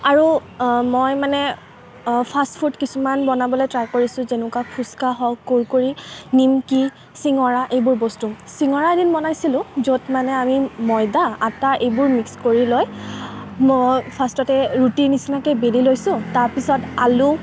আৰু মই মানে ফাষ্ট ফুড কিছুমান বনাবলৈ ট্ৰাই কৰিছোঁ যেনেকুৱা ফুচকা হওক কুৰকুৰি নিম্কি চিঙৰা এইবোৰ বস্তু চিঙৰা এদিন বনাইছিলোঁ য'ত মানে আমি ময়দা আটা এইবোৰ মিক্স কৰি লৈ ফাৰ্ষ্টতে ৰুটিৰ নিচিনাকৈ বেলি লৈছোঁ তাৰপিছত আলু